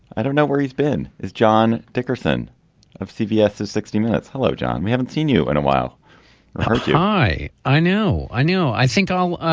i don't know where he's been. is john dickerson of cbs sixty minutes. hello, john. we haven't seen you in a while hi. i know. i know. i think i'll.